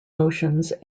motions